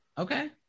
Okay